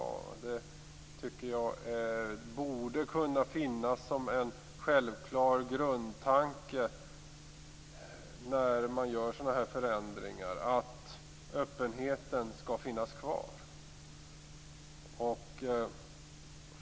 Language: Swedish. Jag tycker att det borde kunna vara en självklar grundtanke när man gör sådana här förändringar att öppenheten skall finnas kvar.